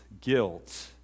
guilt